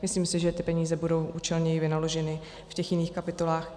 Myslím si, že ty peníze budou účelněji vynaloženy v jiných kapitolách.